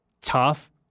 tough